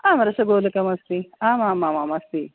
आं रसगोलकमस्ति आमामामाम् अस्ति